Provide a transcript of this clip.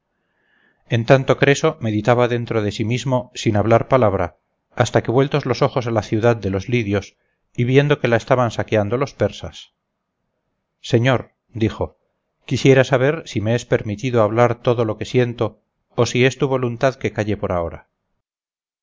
en tanto creso meditaba dentro de sí mismo sin hablar palabra hasta que vueltos los ojos a la ciudad de los lidios y viendo que la estaban saqueando los persas señor dijo quisiera saber si me es permitido hablar todo lo que siento o si es tu voluntad que calle por ahora